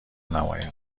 نمایم